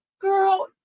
girl